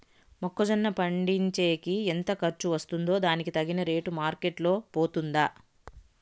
మొక్క జొన్న పండించేకి ఎంత ఖర్చు వస్తుందో దానికి తగిన రేటు మార్కెట్ లో పోతుందా?